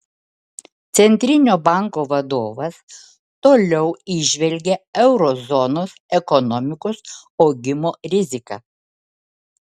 centrinio banko vadovas toliau įžvelgia euro zonos ekonomikos augimo riziką